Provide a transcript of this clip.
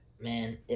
man